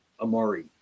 Amari